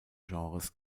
genres